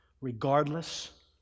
regardless